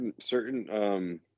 certain